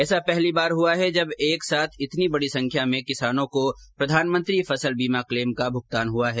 ऐसा पहली बार हुआ है जब एक साथ इतनी बड़ी संख्या में किसानों को प्रधानमंत्री फसल बीमा क्लेम का भुगतान हुआ है